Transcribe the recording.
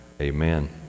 amen